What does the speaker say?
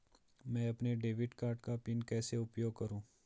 मैं अपने debit card का पिन कैसे उपयोग करूँ?